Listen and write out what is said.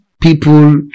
People